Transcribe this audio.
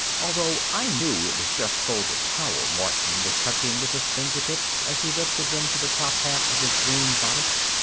although i knew it was just folded towel martin was touching with his fingertips as he lifted them to the top half of his green bodice,